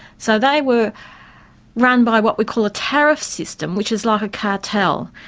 so they were run by what we call a tariff system, which is like a cartel.